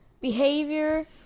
behavior